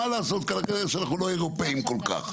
מה לעשות שאנחנו לא אירופאים כל כך.